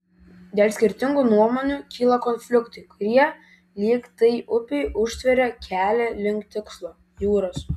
dėl skirtingų nuomonių kyla konfliktai kurie lyg tai upei užtveria kelią link tikslo jūros